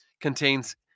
contains